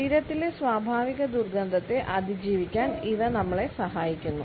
ശരീരത്തിലെ സ്വാഭാവിക ദുർഗന്ധത്തെ അതിജീവിക്കാൻ ഇവ നമ്മളെ സഹായിക്കുന്നു